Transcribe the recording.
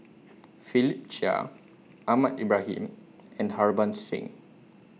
Philip Chia Ahmad Ibrahim and Harbans Singh